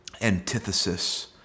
antithesis